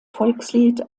volkslied